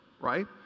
right